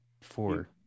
four